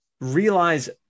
realize